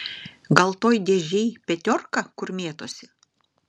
gal toj dėžėj petiorka kur mėtosi